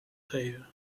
geven